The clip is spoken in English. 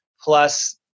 plus